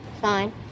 Fine